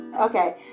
Okay